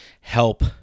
help